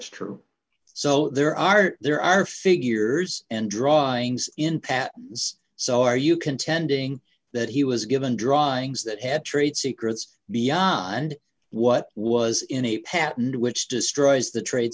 that's true so there are there are figures and drawings in patton's so are you contending that he was given drawings that had trade secrets beyond what was in a patent which destroys the trade